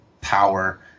power